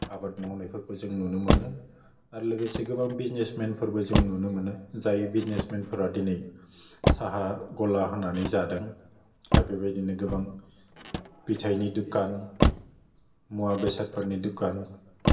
आबाद मावनायफोरखौ जों नुनो मोनो आरो लोगोसे गोबां बिजनेसमेनफोरबो जों नुनो मोनो जाय बिजनेसमेनफोरा दोनै साहा गला होनानै जादों आरो बेबायदिनो गोबां फिथाइनि दखान मुवा बेसादफोरनि दुखान